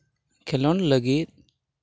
ᱠᱷᱮᱞᱳᱰ ᱞᱟᱹᱜᱤᱫ